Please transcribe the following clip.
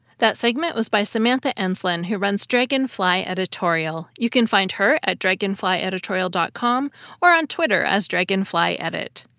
that segment was by samantha enslen who runs dragonfly editorial. you can find her at dragonflyeditorial dot com or on twitter as dragonflyedit.